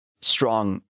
strong